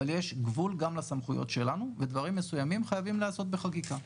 יש גבול גם לסמכויות שלנו ודברים מסוימים חייבים להיעשות בחקיקה.